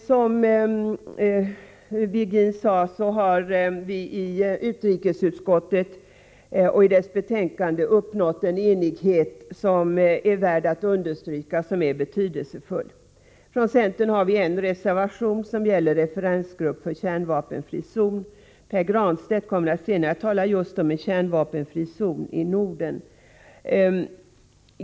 Som Ivar Virgin sade, har vi i utrikesutskottets betänkande uppnått en enighet som är värd att understryka och som är betydelsefull. Från centern har vi en reservation som gäller referensgrupp för kärnvapenfri zon. Pär Granstedt kommer senare att tala just om en kärnvapenfri zon i Norden.